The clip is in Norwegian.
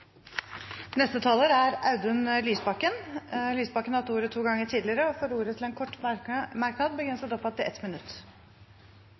Audun Lysbakken har hatt ordet to ganger tidligere og får ordet til en kort merknad,